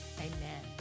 amen